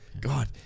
God